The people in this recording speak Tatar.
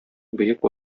бөек